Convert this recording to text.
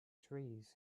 trees